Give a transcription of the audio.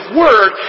word